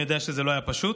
אני יודע שזה לא היה פשוט.